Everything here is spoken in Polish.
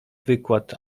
wykład